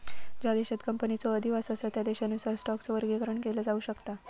ज्या देशांत कंपनीचो अधिवास असा त्या देशानुसार स्टॉकचो वर्गीकरण केला जाऊ शकता